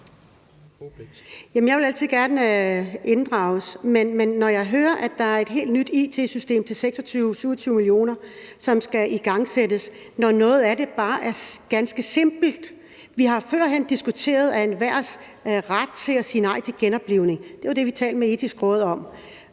jeg vil altid gerne inddrages. Men jeg hører, at der er et helt nyt it-system til 27 mio. kr., som skal igangsættes, når noget af det bare er ganske simpelt. Vi har førhen diskuteret enhvers ret til at sige nej til genoplivning. Det var det, vi talte med Det Etiske Råd om.